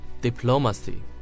diplomacy